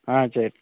ஆ சரி